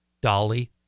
Dolly